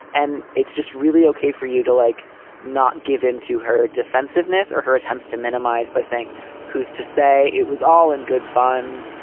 and it's just really okay for you to like not give in to her defensiveness or her attempts to minimize by saying who's to say it was all in good fun.